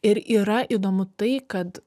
ir yra įdomu tai kad